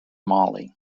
molly